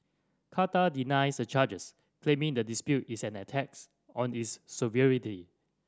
Qatar denies the charges claiming the dispute is an attacks on this sovereignty